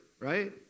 right